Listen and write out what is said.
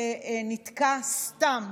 זה נתקע סתם.